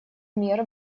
мер